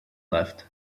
left